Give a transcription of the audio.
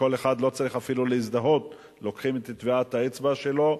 שכל אחד לא צריך אפילו להזדהות: לוקחים את טביעת האצבע שלו,